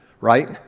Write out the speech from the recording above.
right